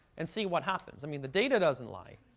and see what happens. i mean, the data doesn't lie.